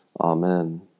amen